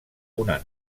una